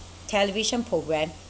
television programme